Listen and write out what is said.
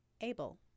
able